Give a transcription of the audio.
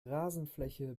rasenfläche